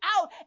out